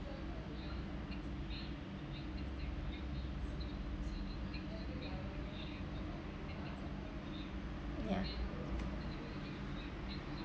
yeah